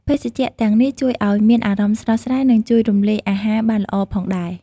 ភេសជ្ជៈទាំងនេះជួយឱ្យមានអារម្មណ៍ស្រស់ស្រាយ និងជួយរំលាយអាហារបានល្អផងដែរ ។